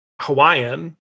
Hawaiian